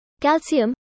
Calcium